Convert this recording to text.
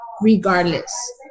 regardless